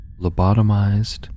lobotomized